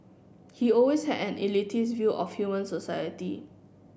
he always had an elitist view of human society